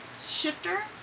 shifter